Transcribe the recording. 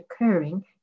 occurring